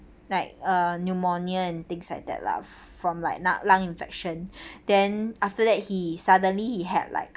like uh pneumonia and things like that lah from like lung lung infection then after that he suddenly he had like